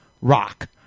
rock